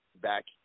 back